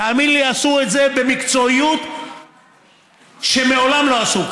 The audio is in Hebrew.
תאמין לי, עשו את זה במקצועיות שמעולם לא עשו.